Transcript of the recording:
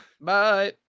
Bye